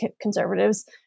conservatives